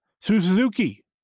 Suzuki